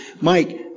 Mike